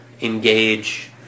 engage